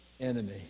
enemy